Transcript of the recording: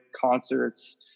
concerts